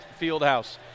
Fieldhouse